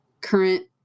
current